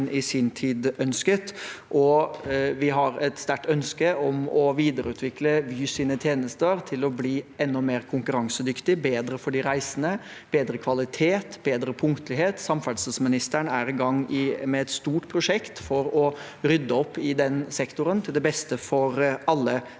Vi har et sterkt ønske om å videreutvikle Vys tjenester til å bli enda mer konkurransedyktige, bedre for de reisende, av bedre kvalitet og med bedre punktlighet. Samferdselsministeren er i gang med et stort prosjekt for å rydde opp i den sektoren, til det beste for alle reisende.